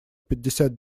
пятьдесят